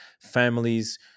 families